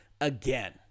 again